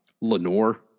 Lenore